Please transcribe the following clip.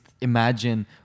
imagine